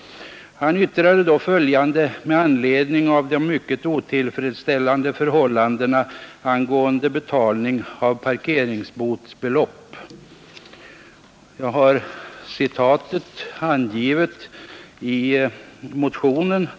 Han yttrade då följande med anledning av de mycket otillfredsställande förhållandena angående betalning av parkeringsbotsbelopp. Jag har citatet angivet i motionen.